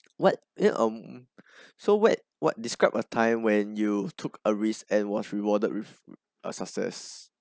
what where um so where what describe a time when you took a risk and was rewarded with a success